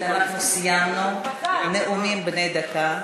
חברות וחברים, סיימנו את נאומים בני דקה.